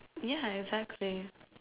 yeah exactly